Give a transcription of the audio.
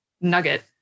nugget